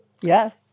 Yes